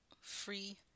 Free